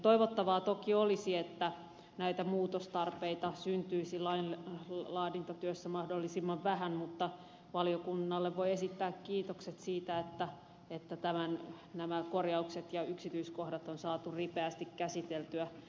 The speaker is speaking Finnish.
toivottavaa toki olisi että näitä muutostarpeita syntyisi lainlaadintatyössä mahdollisimman vähän mutta valiokunnalle voi esittää kiitokset siitä että nämä korjaukset ja yksityiskohdat on saatu ripeästi käsiteltyä